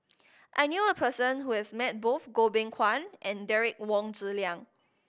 I knew a person who has met both Goh Beng Kwan and Derek Wong Zi Liang